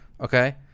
Okay